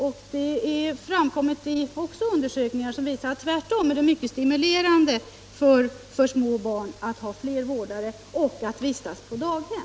Gjorda undersökningar har visat att det tvärtom är mycket stimulerande för små barn att ha fler vårdare och att vistas på daghem.